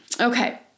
Okay